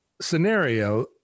scenario